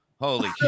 Holy